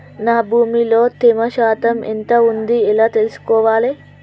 నా భూమి లో తేమ శాతం ఎంత ఉంది ఎలా తెలుసుకోవాలే?